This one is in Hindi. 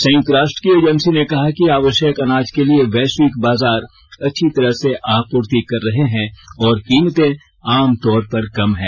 संयुक्त राष्ट्र की एजेंसी ने कहा कि आवश्यक अनाज के लिए वैश्विक बाजार अच्छी तरह से आपूर्ति कर रहे हैं और कीमतें आम तौर पर कम हैं